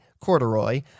Corduroy